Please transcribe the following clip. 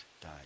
died